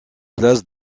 places